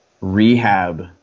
rehab